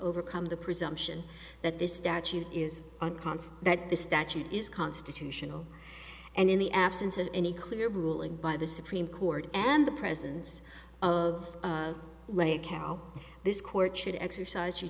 overcome the presumption that this statute is on const that the statute is constitutional and in the absence of any clear ruling by the supreme court and the presence of a leg carol this court should exercise you